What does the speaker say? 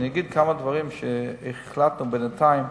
ואני אגיד כמה דברים שהחלטנו בינתיים